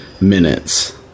minutes